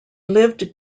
lived